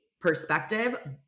perspective